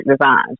designs